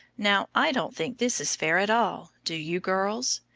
now, i don't think this is fair at all, do you girls?